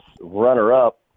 runner-up